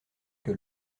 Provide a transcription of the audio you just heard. que